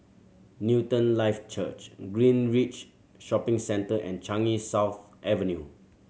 Newton Life Church Greenridge Shopping Centre and Changi South Avenue